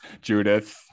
Judith